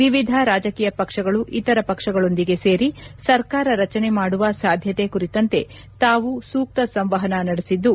ವಿವಿಧ ರಾಜಕೀಯ ಪಕ್ಷಗಳು ಇತರ ಪಕ್ಷಗಳೊಂದಿಗೆ ಸೇರಿ ಸರ್ಕಾರ ರಚನೆ ಮಾಡುವ ಸಾಧ್ಯತೆ ಕುರಿತಂತೆ ತಾವು ಸೂಕ್ತ ಸಂವಹನ ನಡೆಬಿದ್ದು